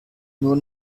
nur